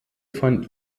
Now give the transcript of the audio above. von